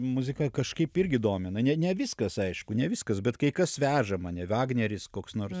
muzika kažkaip irgi domina ne ne viskas aišku ne viskas bet kai kas veža mane vagneris koks nors